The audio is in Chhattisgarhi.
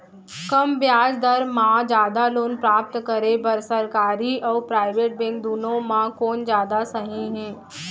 कम ब्याज दर मा जादा लोन प्राप्त करे बर, सरकारी अऊ प्राइवेट बैंक दुनो मा कोन जादा सही हे?